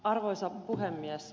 arvoisa puhemies